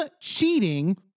cheating